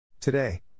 Today